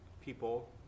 people